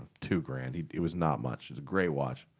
two grand. it was not much, it's a great watch.